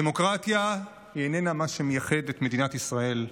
הדמוקרטיה איננה מה שמייחד את מדינת ישראל,